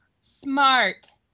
Smart